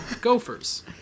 Gophers